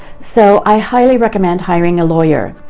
so i highly recommend hiring a lawyer.